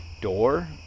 door